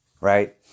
right